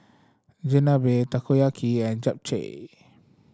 Chigenabe Takoyaki and Japchae